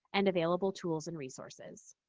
and available tools and resources.